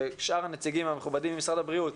ושאר הנציגים המכובדים ממשרד הבריאות,